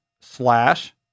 slash